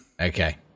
Okay